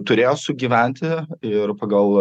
turėjo sugyventi ir pagal